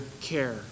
care